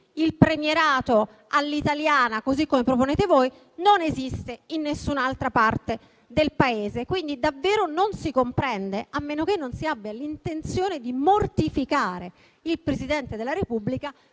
il premierato all'italiana, così come la proponete voi, non esiste in nessun'altra parte del mondo. Quindi davvero non si comprende, a meno che non si abbia l'intenzione di mortificare il Presidente della Repubblica,